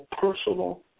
personal